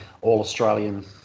All-Australian